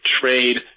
trade